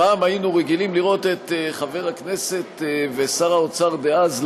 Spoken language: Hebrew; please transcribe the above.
פעם היינו רגילים לראות את חבר הכנסת ושר האוצר דאז,